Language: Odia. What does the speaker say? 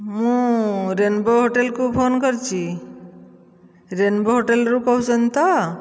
ମୁଁ ରେନ୍ବୋ ହୋଟେଲ୍କୁ ଫୋନ୍ କରିଛି ରେନ୍ବୋ ହୋଟେଲ୍ରୁ କହୁଛନ୍ତି ତ